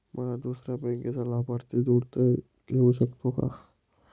मला दुसऱ्या बँकेचा लाभार्थी जोडता येऊ शकतो का?